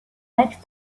next